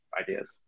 ideas